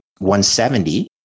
170